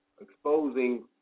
exposing